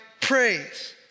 praise